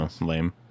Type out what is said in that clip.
Lame